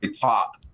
top